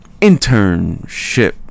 Internship